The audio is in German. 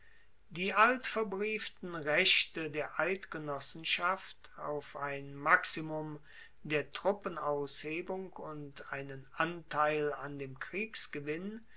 die altverbrieften rechte der eidgenossenschaft auf ein maximum der truppenaushebung und einen anteil an dem kriegsgewinn